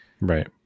Right